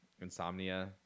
insomnia